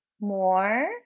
more